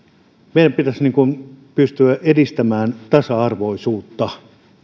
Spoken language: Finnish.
meidän pitäisi pystyä edistämään tasa arvoisuutta